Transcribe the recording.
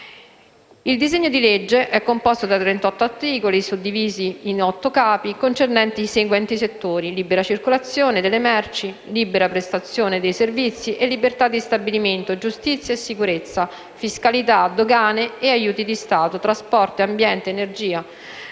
Il disegno di legge è composto da 38 articoli suddivisi in 8 capi, concernenti i seguenti settori: libera circolazione delle merci, libera prestazione dei servizi e libertà di stabilimento, giustizia e sicurezza, fiscalità, dogane e aiuti di Stato, trasporti, ambiente, energia.